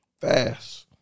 Fast